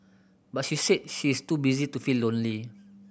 but she said she is too busy to feel lonely